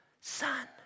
son